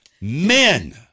men